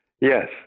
Yes